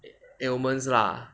ailments lah